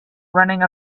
running